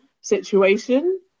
situation